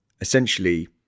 essentially